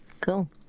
Cool